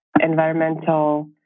environmental